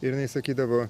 ir jinai sakydavo